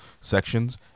sections